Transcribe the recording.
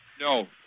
No